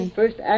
first